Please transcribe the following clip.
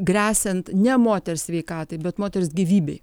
gresiant ne moters sveikatai bet moters gyvybei